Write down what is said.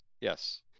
yes